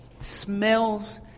Smells